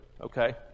Okay